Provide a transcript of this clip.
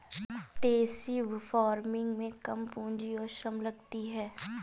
extensive farming में कम पूंजी और श्रम लगती है